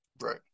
Right